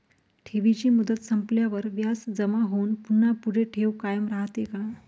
ठेवीची मुदत संपल्यावर व्याज जमा होऊन पुन्हा पुढे ठेव कायम राहते का?